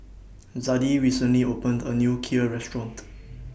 Zadie recently opened A New Kheer Restaurant